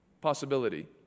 Possibility